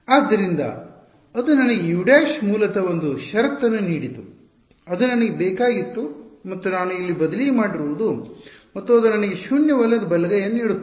ಆದ್ದರಿಂದ ಅದು ನನಗೆ u′ ಮೂಲತಃ ಒಂದು ಷರತ್ತನ್ನು ನೀಡಿತು ಅದು ನನಗೆ ಬೇಕಾಗಿತ್ತು ಮತ್ತು ನಾನು ಇಲ್ಲಿ ಬದಲಿ ಮಾಡಿರುವುದು ಮತ್ತು ಅದು ನನಗೆ ಶೂನ್ಯವಲ್ಲದ ಬಲಗೈಯನ್ನು ನೀಡುತ್ತದೆ